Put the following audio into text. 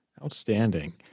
Outstanding